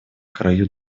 краю